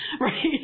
right